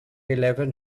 eleven